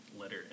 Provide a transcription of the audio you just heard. letter